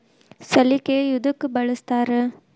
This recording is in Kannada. ಸಲಿಕೆ ಯದಕ್ ಬಳಸ್ತಾರ?